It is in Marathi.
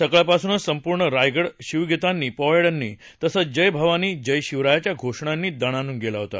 सकाळपासूनच संपूर्ण रायगड शिवगीतांनी पोवाड्यांनी तसंच जय भवानी जय शिवरायच्या घोषणांनी दणाणून गेला होता